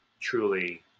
truly